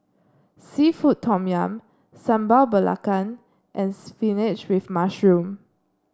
seafood Tom Yum Sambal Belacan and spinach with mushroom